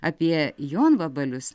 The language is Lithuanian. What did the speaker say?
apie jonvabalius